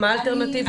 מה האלטרנטיבות?